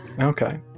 okay